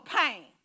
pain